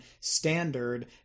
standard